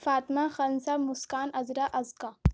Fatima Khansa Muskan Azra Azka